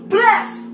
Bless